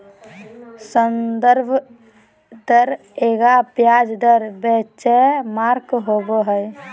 संदर्भ दर एगो ब्याज दर बेंचमार्क होबो हइ